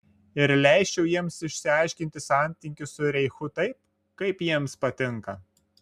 ir leisčiau jiems išsiaiškinti santykius su reichu taip kaip jiems patinka